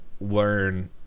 learn